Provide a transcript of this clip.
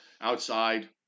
outside